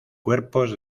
cuerpos